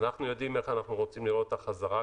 אנחנו יודעים איך אנחנו רוצים לראות את החזרה,